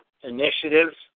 initiatives